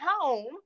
home